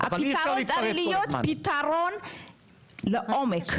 צריך פתרון לעומק,